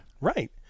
Right